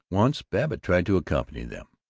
once babbitt tried to accompany them.